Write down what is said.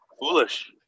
foolish